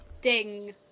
ding